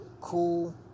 cool